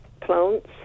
plants